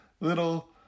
little